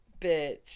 bitch